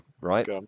Right